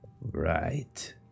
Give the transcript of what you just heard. Right